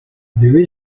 there